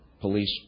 Police